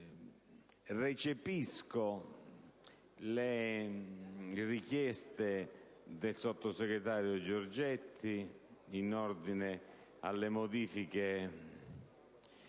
Recepisco le richieste del sottosegretario Giorgetti in ordine alle modifiche